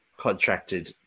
contracted